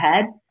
ahead